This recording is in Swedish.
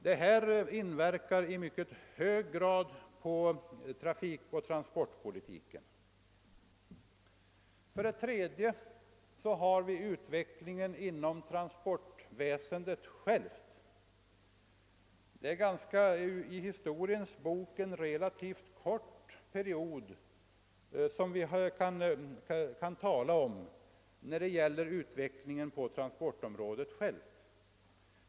Dessa saker inverkar i stor utsträckning på det vi här diskuterar. Hänsyn måste också tagas till utvecklingen inom transportväsendet självt.